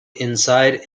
inside